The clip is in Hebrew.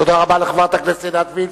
תודה רבה לחברת הכנסת עינת וילף.